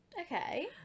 okay